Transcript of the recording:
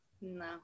No